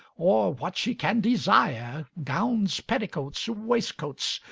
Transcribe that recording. or what she can desire, gowns, petticotes, wastcotes,